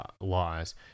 laws